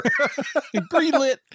Greenlit